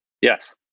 Yes